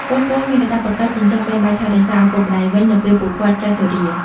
កូនៗមានកាតព្វកិច្ចចិញ្ចឹមបីបាច់ថែរក្សាឪពុកម្តាយវិញនៅពេលពួកគាត់ចាស់ជរា។